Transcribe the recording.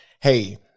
Hey